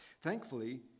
Thankfully